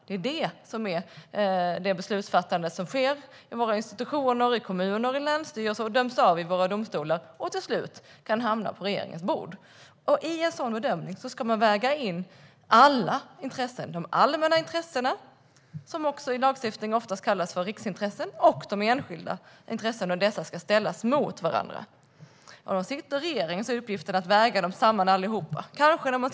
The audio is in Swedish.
Det är det som är det beslutsfattande som sker i våra institutioner, kommuner och länsstyrelser, som döms av i våra domstolar och som till slut kan hamna på regeringens bord. I en sådan bedömning ska man väga in alla intressen - de allmänna intressena, som i lagstiftningen oftast kallas riksintressen, och de enskilda intressena. Dessa ska ställas mot varandra. Sitter man i regeringen har man uppgiften att väga samman alla dessa intressen.